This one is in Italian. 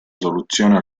soluzione